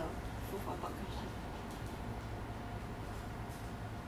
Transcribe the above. oh ya where you want to stay uh next time just a just a food for thought question